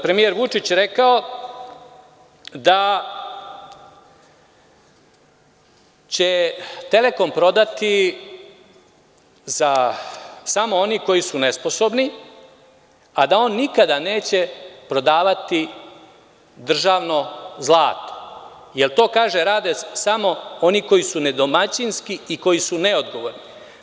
Premijer Vučić je još rekao da će „Telekom“ prodati samo oni koji su nesposobni, a da on nikada neće prodavati državno zlato, jer to, kako on kaže, rade samo oni koji su nedomaćinski i neodgovorni.